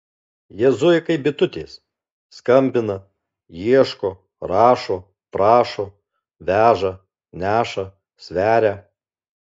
jie zuja kaip bitutės skambina ieško rašo prašo veža neša sveria